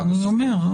אני אומר.